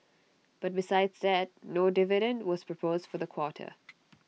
but besides that no dividend was proposed for the quarter